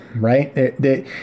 right